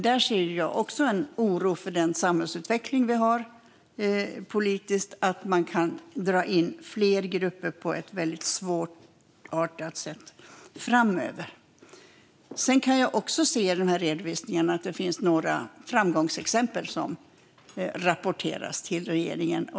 Men jag känner en oro i och med den samhällsutveckling vi har politiskt att man framöver kan dra in fler grupper på ett svårartat sätt. Jag kan i redovisningarna också se att det rapporteras några framgångsexempel till regeringen.